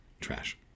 trash